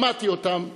שמעתי אותם מתפארים.